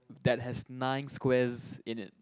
that has nine squares in it